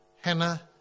Hannah